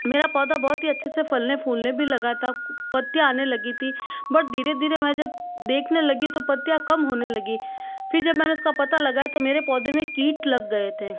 मेरा पौधा बहुत ही अच्छे से फ़लने फ़ूलने भी लगा था पत्तियाँ आने लगी थी बट धीरे धीरे मैं जब देखने लगी तो पत्तियाँ कम होने लगी फिर जब मैंने उसका पता लगाया तो मेरे पौधे में कीट लग गए थे